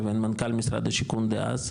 לבין מנכ"ל משרד השיכון דאז,